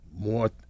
more